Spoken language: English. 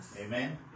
Amen